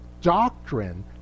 doctrine